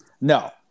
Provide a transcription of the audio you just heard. No